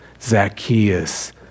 Zacchaeus